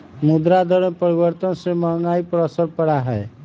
मुद्रा दर में परिवर्तन से महंगाई पर असर पड़ा हई